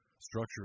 structure